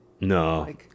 No